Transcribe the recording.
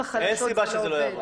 למה זה לא עובד בחלשות, ג'אבר?